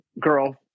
girl